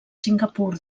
singapur